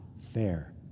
fair